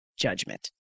judgment